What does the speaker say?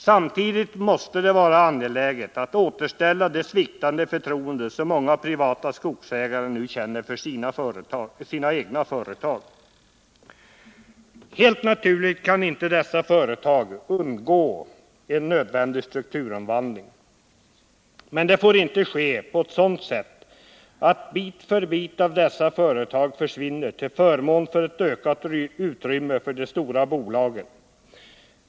Samtidigt måste det vara angeläget att återställa det sviktande förtroende som många privata skogsägare nu känner för sina egna företag. Helt naturligt kan inte dessa företag undgå en nödvändig strukturomvandling, men detta får inte ske på ett sådant sätt att bit för bit av dessa företag försvinner till förmån för ett ökat utrymme för de stora bolagen.